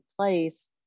place